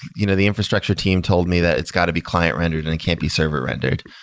you know the infrastructure team told me that it's got to be client-rendered and it can't be server-rendered.